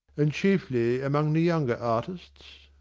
and chiefly among the younger artists?